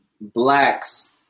blacks